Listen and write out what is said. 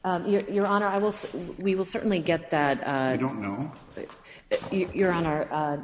say we will certainly get that i don't know if you're on our